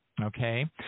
Okay